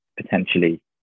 potentially